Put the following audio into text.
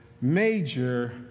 major